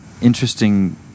interesting